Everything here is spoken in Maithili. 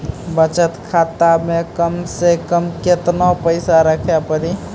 बचत खाता मे कम से कम केतना पैसा रखे पड़ी?